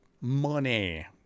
money